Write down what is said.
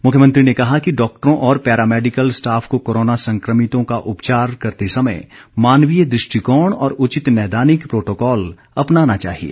मुख्यमंत्री ने कहा कि डॉक्टरों और पैरामैडिकल स्टॉफ को कोरोना संक्रमितों का उपचार करते समय मानवीय दुष्टिकोण और उचित नैदानिक प्रोटोकॉल अपनाना चाहिए